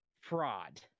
fraud